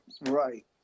right